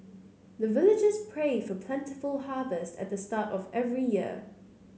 the villagers pray for plentiful harvest at the start of every year